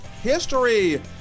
history